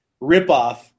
ripoff